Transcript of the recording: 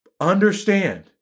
Understand